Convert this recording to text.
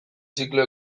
ziklo